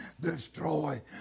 destroy